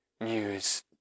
news